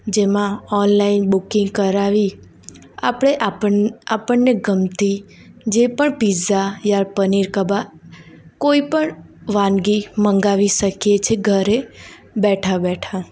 જેમાં online booking કરાવી આપણે આપણને આપણને ગમતી જે પણ પિઝા યા પનીર કબાબ કોઈપણ વાનગી મંગાવી શકીએ છે ઘરે બેઠા બેઠા